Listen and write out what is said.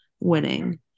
winning